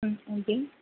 ம் ஓகே